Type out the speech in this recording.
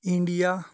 India